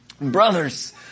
Brothers